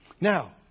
Now